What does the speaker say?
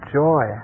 joy